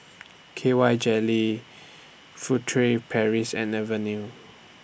K Y Jelly Furtere Paris and Avene